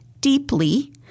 deeply